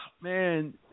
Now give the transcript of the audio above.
man